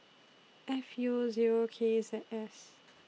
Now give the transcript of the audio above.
F U Zero K Z S